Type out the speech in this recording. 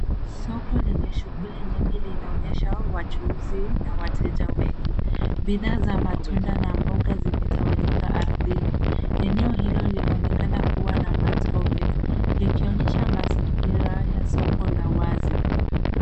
Soko lenye shughuli nyingi linaonyesha wachuuzi na wateja wengi. Bidhaa za matunda na mboga zimetawanyika ardhini. Eneo hilo linaonekana kuwa na matope, likionyesha mazingira ya soko la wazi.